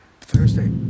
Thursday